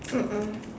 mm mm